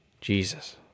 Jesus